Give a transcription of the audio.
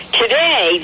today